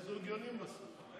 נהיה זוג יונים בסוף.